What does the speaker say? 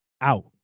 out